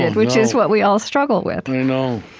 and which is what we all struggle with no,